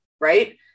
right